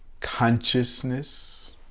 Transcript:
Consciousness